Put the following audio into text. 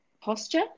posture